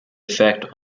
effect